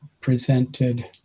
presented